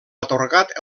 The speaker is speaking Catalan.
atorgat